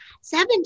Seven